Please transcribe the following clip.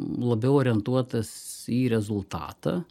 labiau orientuotas į rezultatą